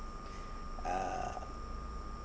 uh